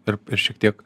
ir šiek tiek